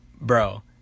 bro